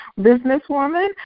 businesswoman